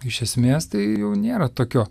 iš esmės tai jau nėra tokio